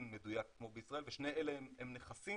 מדויק כמו בישראל ושני אלה הם נכסים